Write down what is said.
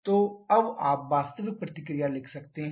तो अब आप वास्तविक प्रतिक्रिया लिख सकते हैं